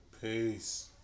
Peace